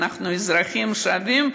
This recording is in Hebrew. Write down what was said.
ואנחנו אזרחים שווים,